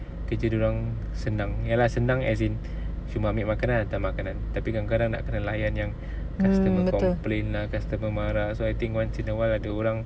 kerja dia orang senang ya lah senang as in cuma ambil makanan hantar makanan tapi kadang-kadang nak kena layan yang customer complain lah customer marah so I think once in a while ada orang